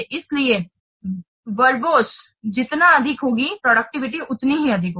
इसलिए वर्बोस जितनी अधिक होगी प्रोडक्टिविटी उतनी ही अधिक होगी